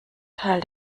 teil